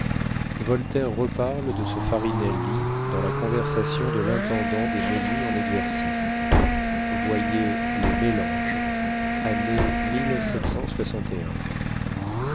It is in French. voltaire reparle de ce farinelli dans la conversation de l'intendant des menus en exercice voyez les mélanges année